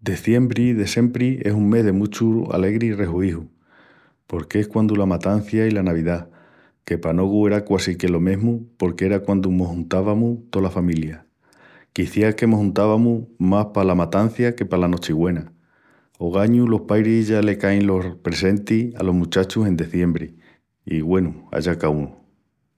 Deziembri de siempri es un mes de muchu alegri i rehuíju. Porque es quandu la matancia i la navidá que pa nogu era quasi que lo mesmu porque era quandu mos juntavamus tola familia. Quiciás que mos juntavamus más pala matancia que pala nochigüena. Ogañu los pairis ya le cain los presentis alos muchachus en deziembri i, güenu, allá caúnu.